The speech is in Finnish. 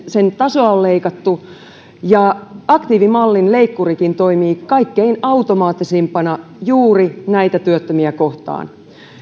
sen tasoa on leikattu ja aktiivimallin leikkurikin toimii kaikkein automaattisimpana juuri näitä työttömiä kohtaan